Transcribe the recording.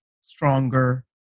stronger